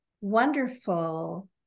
wonderful